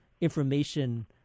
information